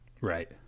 Right